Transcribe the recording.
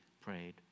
prayed